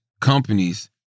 companies